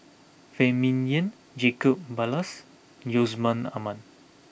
Phan Ming Yen Jacob Ballas Yusman Aman